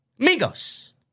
Amigos